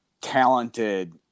talented